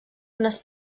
unes